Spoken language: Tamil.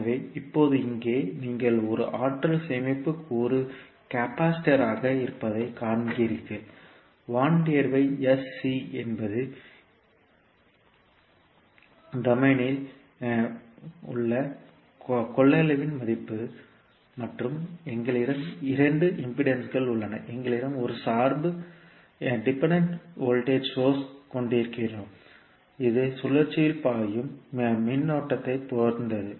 எனவே இப்போது இங்கே நீங்கள் ஒரு ஆற்றல் சேமிப்புக் கூறு கெபாசிட்டர் ஆக இருப்பதைக் காண்கிறீர்கள் என்பது டொமைன் இல் களத்தில் உள்ள கொள்ளளவின் மதிப்பு மற்றும் எங்களிடம் 2 எதிர்ப்புகள் உள்ளன எங்களிடம் ஒரு சார்பு மின்னழுத்த சோர்ஸ் ஐ கொண்டிருக்கிறோம் இது சுழற்சியில் பாயும் மின்னோட்டத்தைப் பொறுத்தது